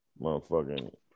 motherfucking